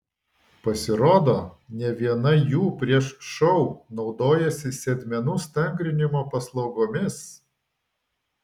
pasirodo ne viena jų prieš šou naudojasi sėdmenų stangrinimo paslaugomis